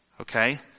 Okay